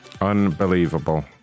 unbelievable